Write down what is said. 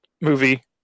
movie